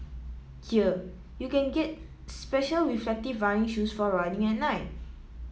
here you can get special reflective running shoes for running at night